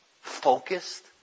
focused